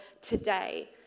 today